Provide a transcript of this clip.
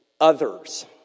others